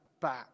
back